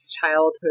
childhood